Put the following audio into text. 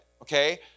Okay